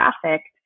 trafficked